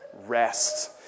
Rest